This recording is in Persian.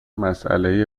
مسئله